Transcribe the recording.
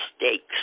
mistakes